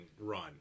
run